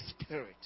Spirit